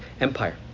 Empire